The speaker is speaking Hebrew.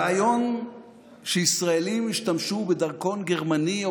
הרעיון שישראלים ישתמשו בדרכון גרמני או